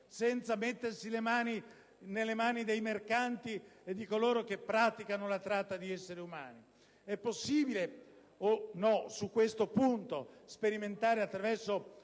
senza mettersi nelle mani dei mercanti e di coloro che praticano la tratta di essere umani? È possibile o no su questo punto sperimentare strade